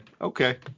Okay